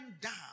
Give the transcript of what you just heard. down